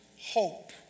hope